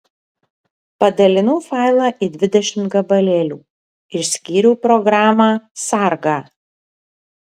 padalinau failą į dvidešimt gabalėlių išskyriau programą sargą